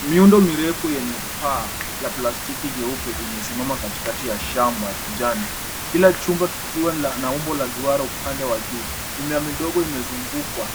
Miundo mirefu yenye paa la plastiki nyeupe imesimama katikati ya shamba la kijani kila chumba kikiwa na umbo la duara upande wa juu. Mimea midogo imezungukwa